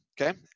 okay